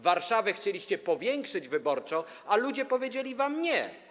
Warszawę chcieliście powiększyć wyborczo, a ludzie powiedzieli wam „nie”